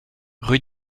rue